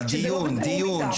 אבל דיון, דיון.